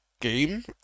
game